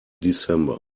december